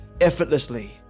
effortlessly